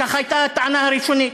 כך הייתה הטענה הראשונית.